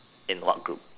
in what group